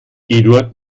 eduard